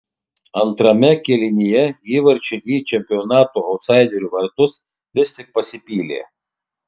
antrame kėlinyje įvarčiai į čempionato autsaiderių vartus vis tik pasipylė